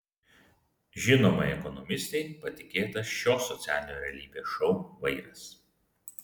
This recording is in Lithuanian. žinomai ekonomistei patikėtas šio socialinio realybės šou vairas